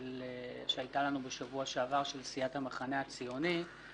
שהייתה לנו בשבוע שעבר של סיעת המחנה הציוני.